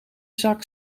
zak